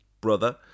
brother